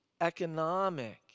economic